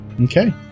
Okay